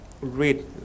read